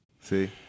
See